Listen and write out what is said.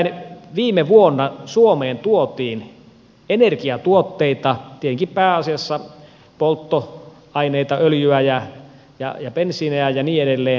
nimittäin viime vuonna suomeen tuotiin energiatuotteita tietenkin pääasiassa polttoaineita öljyä ja bensiiniä ja niin edelleen